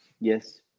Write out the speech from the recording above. yes